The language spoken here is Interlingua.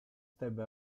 debe